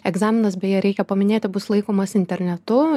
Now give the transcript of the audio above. egzaminas beje reikia paminėti bus laikomas internetu